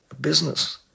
business